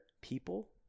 people